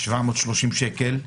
730 שקל.